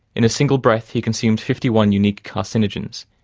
in a single breath, he consumed fifty one unique carcinogens,